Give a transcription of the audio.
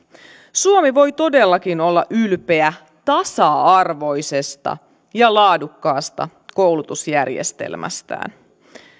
suomi voi todellakin olla ylpeä tasa arvoisesta ja laadukkaasta koulutusjärjestelmästään